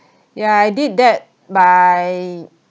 yeah I did that by